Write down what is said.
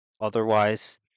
Otherwise